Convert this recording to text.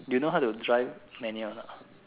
you know how to drive manual or not